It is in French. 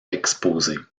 exposer